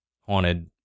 haunted